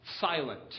silent